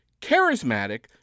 charismatic